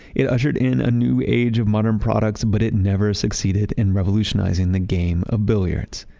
it ushered in a new age of modern products, but it never succeeded in revolutionizing the game of billiards.